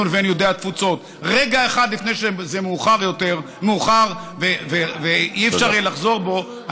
לבין יהודי התפוצות רגע אחד לפני שזה מאוחר ולא יהיה אפשר לחזור ממנו.